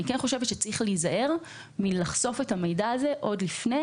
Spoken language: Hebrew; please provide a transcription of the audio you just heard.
אני חושבת שצריך להיזהר מלחשוף את המידע הזה עוד קודם לכן,